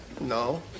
No